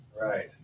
Right